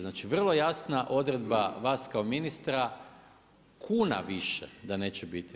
Znači vrlo jasna odredba vas kao ministra, kuna više, da neće biti.